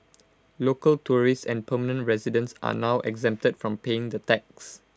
local tourists and permanent residents are now exempted from paying the tax